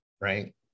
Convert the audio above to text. right